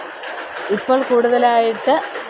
ഇപ്പോൾ കൂടുതലായിട്ട്